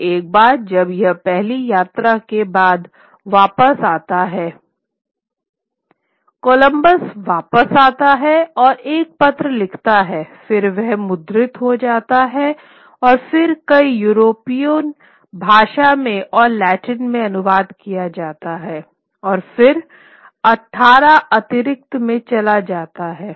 और एक बार जब वह पहली यात्रा के बाद वापस आता है कोलंबस वापस आता है और एक पत्र लिखता हैफिर वह मुद्रित हो जाता है और फिर कई यूरोपीय भाषाओं में और लैटिन में अनुवाद किया जाता है और फिर 18 अतिरिक्त में चला जाता है